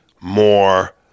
more